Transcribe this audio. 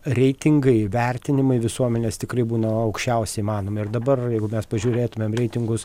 reitingai vertinimai visuomenės tikrai būna aukščiausi įmanomi ir dabar jeigu mes pažiūrėtumėm reitingus